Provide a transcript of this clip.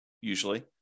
usually